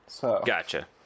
Gotcha